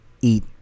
eat